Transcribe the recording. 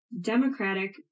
democratic